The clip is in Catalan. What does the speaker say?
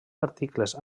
articles